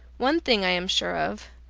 one thing i am sure of,